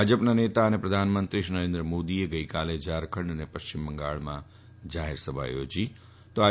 ભાજપ નેતા અને પ્રધાનમંત્રી શ્રી નરેન્દ્ર મોદીએ ગઈકાલે ઝારખંડ અને પશ્ચિમ બંગાળમાં જાફેરસભાઓ યોજી ફતી